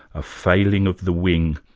a failing of the wing,